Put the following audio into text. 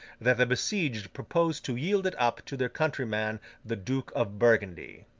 that the besieged proposed to yield it up to their countryman the duke of burgundy.